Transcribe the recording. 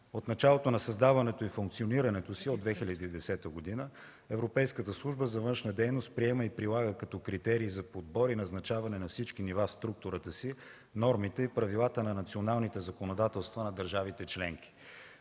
В началото от създаването и функционирането си от 2010 г. Европейската служба за външна дейност приема и предлага като критерии за подбор и назначаване на всички нива в структурата си нормите и правилата на националните законодателства на държавите членки.